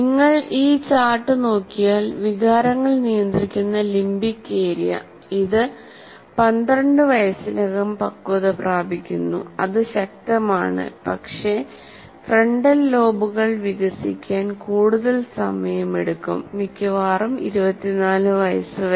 നിങ്ങൾ ഈ ചാർട്ട് നോക്കിയാൽ വികാരങ്ങൾ നിയന്ത്രിക്കുന്ന ലിംബിക് ഏരിയ ഇത് 12 വയസ്സിനകം പക്വത പ്രാപിക്കുന്നു അത് ശക്തമാണ് പക്ഷേ ഫ്രണ്ടൽ ലോബുകൾ വികസിക്കാൻ കൂടുതൽ സമയമെടുക്കും മിക്കവാറും 24 വയസ്സ് വരെ